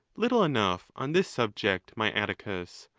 little enough on this subject, my atticus,